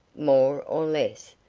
more or less.